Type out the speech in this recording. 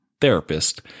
therapist